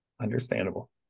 Understandable